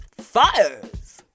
fires